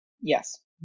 yes